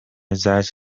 زجر